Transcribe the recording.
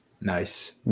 Nice